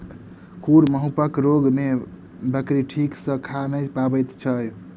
खुर मुँहपक रोग मे बकरी ठीक सॅ खा नै पबैत छै